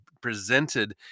presented